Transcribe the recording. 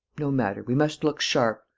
no matter, we must look sharp.